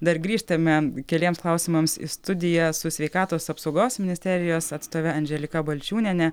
dar grįžtame keliems klausimams į studiją su sveikatos apsaugos ministerijos atstove andželika balčiūniene